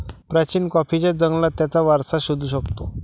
प्राचीन कॉफीच्या जंगलात त्याचा वारसा शोधू शकतो